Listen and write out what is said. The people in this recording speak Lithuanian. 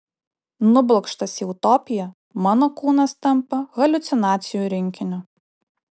nublokštas į utopiją mano kūnas tampa haliucinacijų rinkiniu